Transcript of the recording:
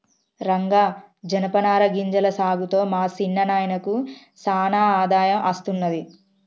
రంగా జనపనార గింజల సాగుతో మా సిన్న నాయినకు సానా ఆదాయం అస్తున్నది